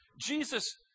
Jesus